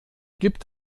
gibt